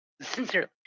sincerely